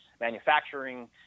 manufacturing